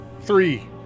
Three